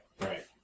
right